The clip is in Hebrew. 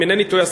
אם אינני טועה,